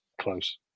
close